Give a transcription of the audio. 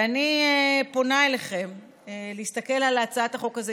ואני פונה אליכם להסתכל על הצעת החוק הזו.